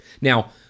Now